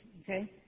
okay